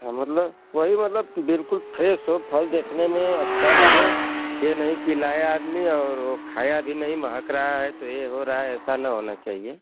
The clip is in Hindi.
हाँ मतलब वही मतलब बिल्कुल फ्रेस हो फल देखने में अच्छा लगे ये नहीं कि लाया आदमी और वो खाया भी नहीं महक रहा है तो ये हो रहा है ऐसा ना होना चाहिए